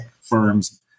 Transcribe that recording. firm's